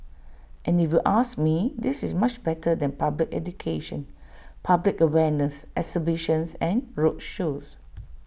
and if you ask me this is much better than public education public awareness exhibitions and roadshows